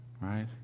right